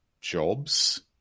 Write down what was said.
jobs